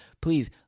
please